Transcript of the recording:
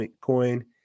coin